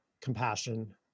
compassion